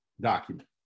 document